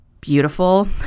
beautiful